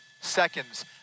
seconds